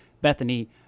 Bethany